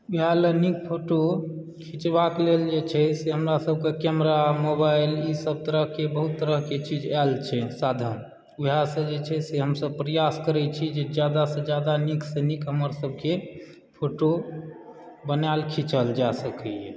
बिआहलऽ नीक फोटो खिचबाक लेल जे छै से हमरा सभके कैमरा मोबाइल ईसभ तरहकें बहुत तरहकेँ चीज आयल छै साधन वएहसँ जे छै से हमसभ प्रयास करैत छी जे जादासँ जादा नीकसँ नीक हमर सभकेँ फोटो बनायल खिचल जा सकयए